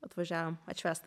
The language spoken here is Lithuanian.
atvažiavom atšvęst